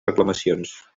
reclamacions